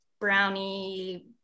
brownie